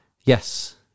Yes